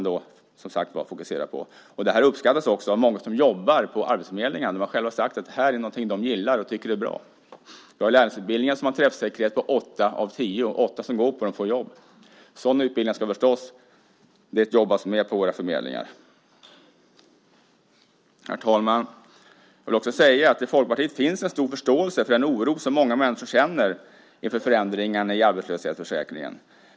Det här uppskattas också av många som jobbar på arbetsförmedlingarna. De har själva sagt att det här är någonting de gillar och tycker är bra. Vi har lärlingsutbildningar som har en träffsäkerhet på åtta av tio. Åtta av tio som går dem får jobb. Sådana utbildningar ska det förstås jobbas med på våra förmedlingar. Herr talman! Jag vill också säga att i Folkpartiet finns en stor förståelse för den oro som många människor känner inför förändringarna i arbetslöshetsförsäkringen.